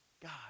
God